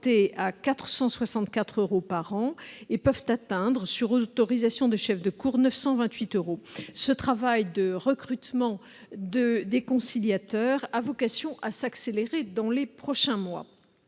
à 450 euros par an et pouvant atteindre, sur autorisation des chefs de cour, 928 euros. Ce travail de recrutement de conciliateurs de justice a vocation à s'accélérer dans les prochains mois.